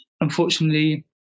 unfortunately